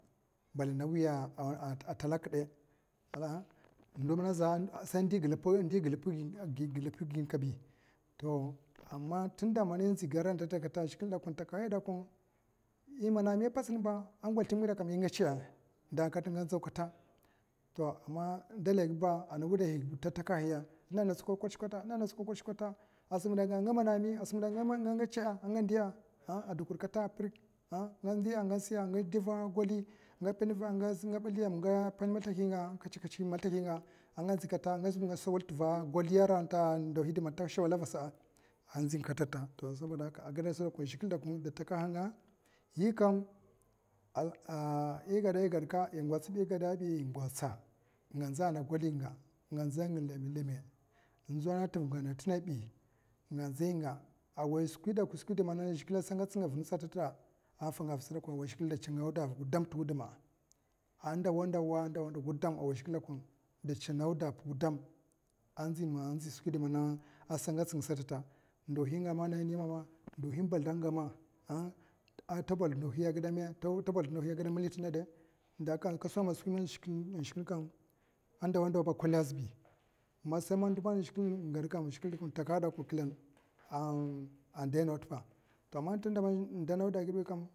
Mbali nawaiya a t'lakdu ndo mna to aman tinta man inziga a ran tanta kate zhikla dakwa intakahaya imanami a potunba a ngoslimba ingatsa'a, dakat nga nzaw kata to aman dalaigba a na wudaihiba ta takahaya inana tsikad nana tsikaɗa kutkata a simngida nga monami a simngida kata apirik nga ndiya nga siya'a, ngaduwa gali nga penva nga belyam nga pen masla hakinga nga pen katskats maslahakinga a nga nyi kata ngaba nga sawal t'va goli ndohi tashawala a vasa'a. a nzing katata to saboda haka a gedsa dakwa zhikle da takahanga yikam a igeda a gwadka ingwatsa igudabi ingwatsa nga nza na golinga nga nza lemlema nzwanatin ingana tingabi nga nzainga awai skwi tadakwa skwi indi man zhikle sanga tsaga vina sasata wai zhikle da tsangawdapa gudam a nzi skwi di mama asa ngats nga sassata ndohi basida ngame a ta baslda ndihi a gede me ta baslda ndohi a gudeme ta baslda ndihi a geda milli tingadu a karka skwi man inshkna kam a ndawa ndawba a kwala 'azibi man ndo man inshkna kam zhiklie a takahana klan a daina tpa to aman tinda indainawda.